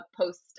post